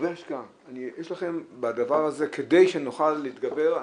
הרבה השקעה יש לכם בדבר הזה, כדי שנוכל להתגבר.